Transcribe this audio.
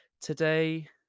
Today